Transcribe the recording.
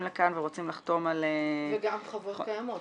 לכאן ורוצים לחתום על -- וגם חוות קיימות,